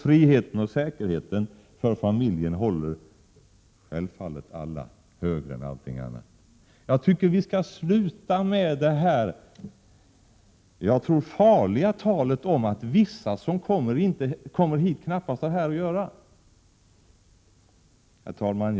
Familjens frihet och säkerhet håller självfallet alla högre än allting annat. Vi måste sluta det farliga talet om att vissa som kommer hit knappast har här att göra! Herr talman!